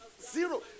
Zero